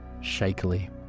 shakily